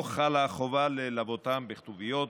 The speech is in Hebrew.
לא חלה החובה ללוותם בכתוביות.